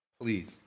please